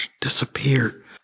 disappeared